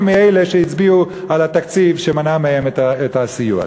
מאלה שהצביעו על התקציב שמנע מהם את הסיוע.